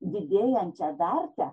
didėjančią vertę